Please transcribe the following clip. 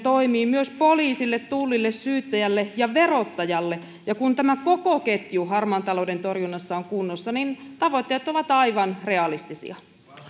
toimiin myös poliisille tullille syyttäjälle ja verottajalle ja kun tämä koko ketju harmaan talouden torjunnassa on kunnossa niin tavoitteet ovat aivan realistisia